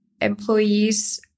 employees